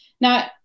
Now